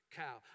cow